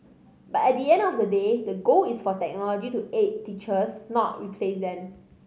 but at the end of the day the goal is for technology to aid teachers not replace them